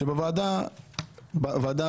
הוועדה